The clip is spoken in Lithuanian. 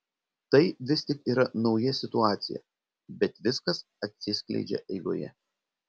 tai vis tik yra nauja situacija bet viskas atsiskleidžia eigoje